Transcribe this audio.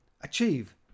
achieve